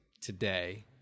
today